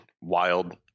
wild